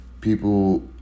people